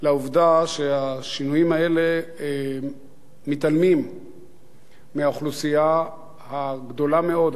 לעובדה שהשינויים האלה מתעלמים מהאוכלוסייה הגדולה מאוד,